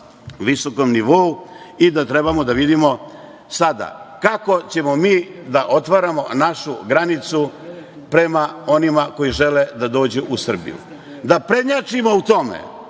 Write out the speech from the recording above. visokom nivou. Sada treba da vidimo kako ćemo mi da otvaramo našu granicu prema onima koji žele da dođu u Srbiju. Da prednjačimo u tome,